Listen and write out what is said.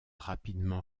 rapidement